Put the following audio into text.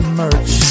merch